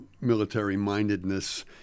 military-mindedness